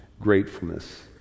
gratefulness